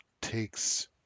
takes